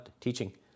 teaching